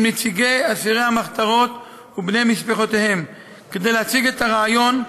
נציגי אסירי המחתרות ובני משפחותיהם כדי להציג את הרעיון,